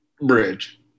bridge